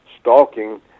stalking